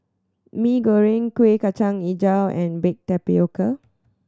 Mee Goreng Kuih Kacang Hijau and baked tapioca